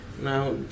Now